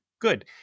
good